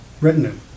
retinue